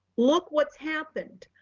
look what's happened.